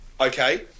Okay